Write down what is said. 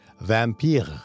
vampire